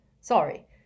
Sorry